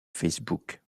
facebook